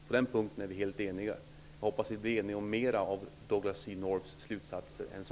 På den punkten är vi helt eniga. Jag hoppas att vi blir eniga om fler av Douglass C. Norths slutsatser än så.